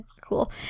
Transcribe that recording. Cool